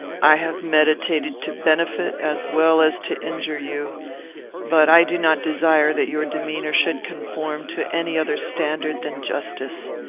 i have meditated to benefit as well as to injure you but i do not desire that your demeanour should conform to any other standard than justice.